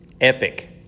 Epic